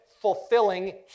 fulfilling